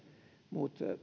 muut